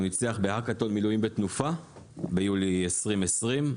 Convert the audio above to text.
הוא ניצח בהקאתון מילואים בתנופה ביולי 2020,